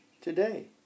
today